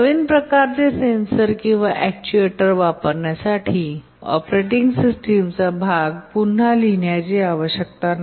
नवीन प्रकारचे सेन्सर किंवा अॅक्ट्युएटर वापरण्यासाठी ऑपरेटिंग सिस्टमचा भाग पुन्हा लिहिण्याची आवश्यकता नाही